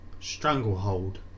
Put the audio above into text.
Stranglehold